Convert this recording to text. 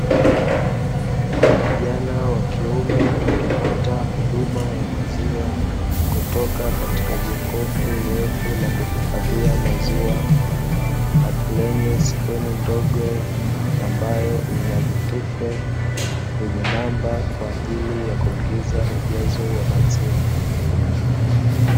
kijana wa kiume akipata huduma ya maziwa, kutoka katika jokofu refu la kuhifadhia maziwa akilenga skrini ndogo, ambayo ina vitufe vyenye namba kwaajili ya kuiingiza ujazo wa maziwa.